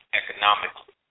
economically